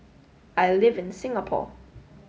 I live in Singapore